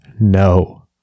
No